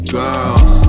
girls